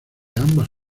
ambas